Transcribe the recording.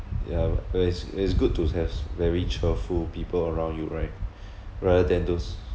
yeah that is that is good to have very cheerful people around you right rather than those